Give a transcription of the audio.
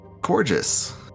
gorgeous